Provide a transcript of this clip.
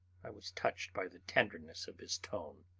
i was touched by the tenderness of his tone,